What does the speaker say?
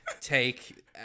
take